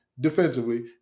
defensively